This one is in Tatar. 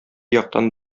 яктан